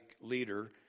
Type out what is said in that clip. leader